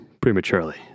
Prematurely